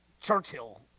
Churchill